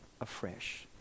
afresh